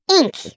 ink